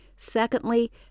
Secondly